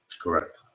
correct